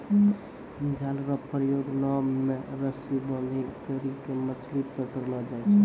जाल रो प्रयोग नाव मे रस्सी बांधी करी के मछली पकड़लो जाय छै